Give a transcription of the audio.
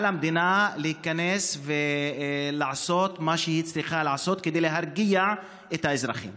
על המדינה להיכנס ולעשות מה שהיא צריכה לעשות כדי להרגיע את האזרחים.